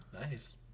Nice